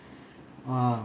uh